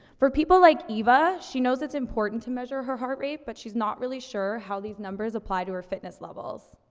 for people like eva, she knows it's important to measure her heart rate, but she's not really sure how these numbers apply to her fitness levels.